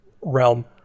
realm